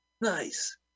Nice